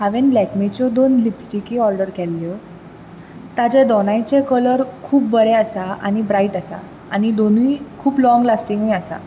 हांवेन लॅक्मीच्यो दोन लिपस्टिकी ऑर्डर केल्ल्यो तांचे दोनांयचेय कलर खूब बरे आसा आनी ब्रायट आसा आनी दोनूय खूब लॉंग लास्टिंगूय आसात